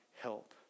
help